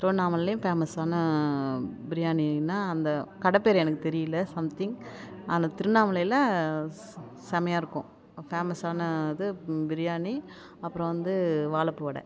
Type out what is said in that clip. திருவண்ணாமலையிலேயும் ஃபேமஸான பிரியாணினா அந்த கடை பேர் எனக்குத் தெரியலை சம்திங் ஆனால் திருவண்ணாமலையில் செம்மையா இருக்கும் ஃபேமஸான இது பிரியாணி அப்புறம் வந்து வாழைப்பூ வடை